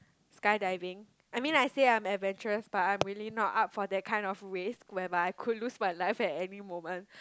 skydiving I mean I say I'm adventurous but I'm really not up for that kind of risk whereby I could lose my life at any moment